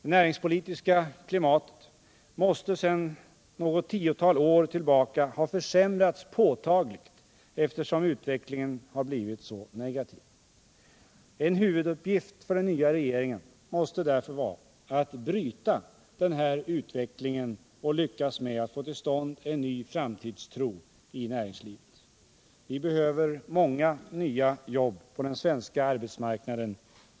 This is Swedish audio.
Det näringspolitiska klimatet måste sedan något tiotal år tillbaka ha försämrats påtagligt, eftersom utvecklingen har blivit så negativ. En huvuduppgift för den nya regeringen måste därför vara att bryta den här utvecklingen och lyckas med att få till stånd en ny framtidstro i näringslivet. Vi behöver många nya jobb på den svenska arbetsmarknaden.